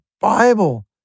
Bible